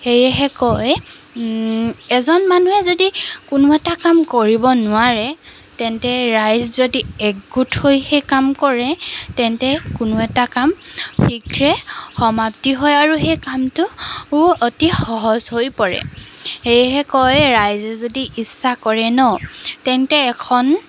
সেয়েহে কয় এজন মানুহে যদি কোনো এটা কাম কৰিব নোৱাৰে তেন্তে ৰাইজ যদি একগোট হৈ সেই কাম কৰে তেন্তে কোনো এটা কাম শীঘ্ৰে সমাপ্তি হয় আৰু সেই কামটোও অতি সহজ হৈও পৰে সেয়েহে কয় ৰাইজে যদি ইচ্ছা কৰে ন তেন্তে এখন